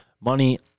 money